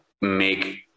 make